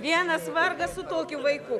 vienas vargas su tokiu vaiku